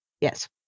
Yes